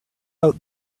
out